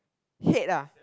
head ah